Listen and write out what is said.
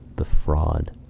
the fraud!